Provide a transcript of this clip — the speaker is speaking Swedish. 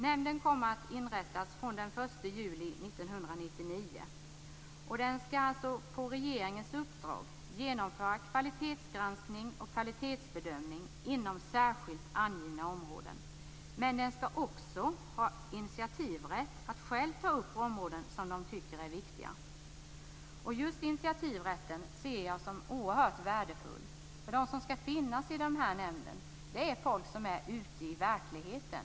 Nämnden kommer att inrättas den 1 juli 1999, och den skall på regeringens uppdrag genomföra kvalitetsgranskning och kvalitetsbedömning inom särskilt angivna områden. Men den skall också ha initiativrätt, dvs. rätt att själv ta upp områden som den tycker är viktiga. Just initiativrätten ser jag som oerhört värdefull. De som skall finnas i den här nämnden är folk som är ute i verkligheten.